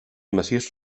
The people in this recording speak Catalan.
massís